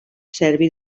serbi